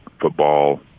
Football